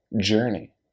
journey